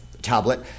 tablet